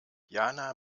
jana